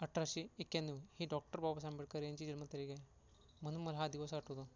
अठराशे एक्क्याण्णव ही डॉक्टर बाबासाहेब आंबेडकर यांची जन्मतारीख आहे म्हणून मला हा दिवस आठवतो